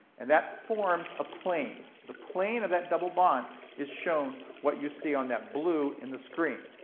and that forms a plane. the plane of that double bond is shown, what you see on that blue in the screen.